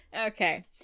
Okay